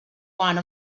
one